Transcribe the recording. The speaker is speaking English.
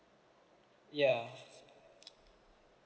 yeah